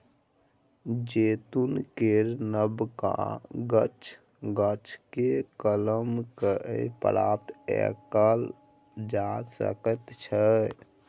जैतून केर नबका गाछ, गाछकेँ कलम कए प्राप्त कएल जा सकैत छै